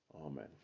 amen